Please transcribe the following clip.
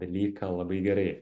dalyką labai gerai